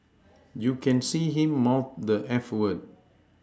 you can see him mouth the eff word